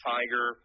Tiger